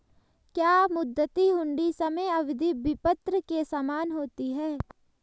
क्या मुद्दती हुंडी समय अवधि विपत्र के समान होती है?